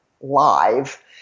live